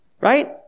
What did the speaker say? right